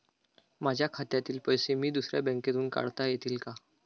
माझ्या खात्यातील पैसे मी दुसऱ्या बँकेतून काढता येतील का?